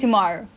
for free